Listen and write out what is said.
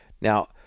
now